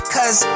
Cause